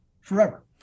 forever